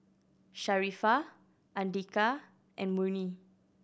Sharifah Andika and Murni